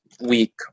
week